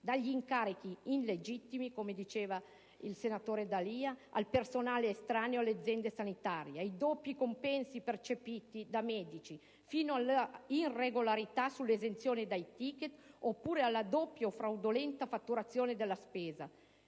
dagli incarichi illegittimi (come sosteneva il senatore D'Alia) al personale estraneo alle aziende sanitarie, ai doppi compensi percepiti dai medici fino alle irregolarità sulla esenzione dai ticket, oppure alla doppia o fraudolenta fatturazione della spesa.